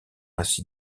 ainsi